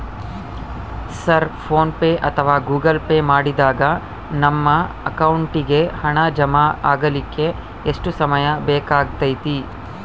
Sir PhonePe ಅಥವಾ Google Pay ಮಾಡಿದಾಗ ನಮ್ಮ ಅಕೌಂಟಿಗೆ ಹಣ ಜಮಾ ಆಗಲಿಕ್ಕೆ ಎಷ್ಟು ಸಮಯ ಬೇಕಾಗತೈತಿ?